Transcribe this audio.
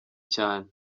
cyane